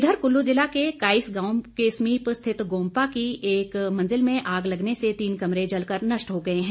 इधर कल्लू जिला के काईस गांव के समीप स्थित गोम्पा की एक मंजिल में आग लगने से तीन कमरे जलकर नष्ट हो गए हैं